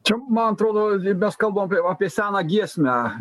čia man atrodo mes kalbam apie seną giesmę